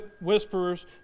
whisperers